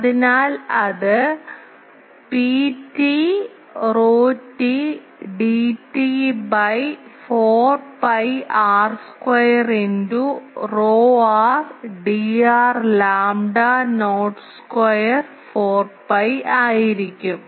അതിനാൽ അത് Pt ρt Dt by 4 pi r square into ρr Dr lambda not square 4 piആയിരിക്കും